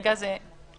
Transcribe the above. כרגע הזה נעצר.